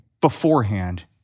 beforehand